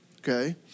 Okay